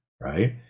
right